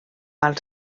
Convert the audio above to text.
als